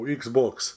xbox